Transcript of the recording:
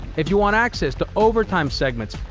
if you want access to overtime segments,